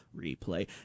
replay